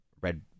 Red